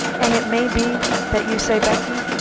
and it may be that you say, becky,